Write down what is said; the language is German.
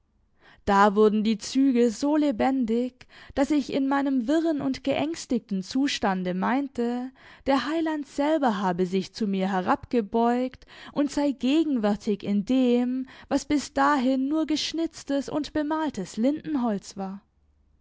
da wurden die züge so lebendig daß ich in meinem wirren und geängstigten zustande meinte der heiland selber habe sich zu mir herabgebeugt und sei gegenwärtig in dem was bis dahin nur geschnitztes und bemaltes lindenholz war